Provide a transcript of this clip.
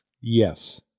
yes